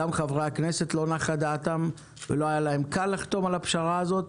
גם חברי הכנסת לא נחה דעתם ולא היה להם קל לחתום על הפשרה הזאת,